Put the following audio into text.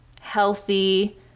healthy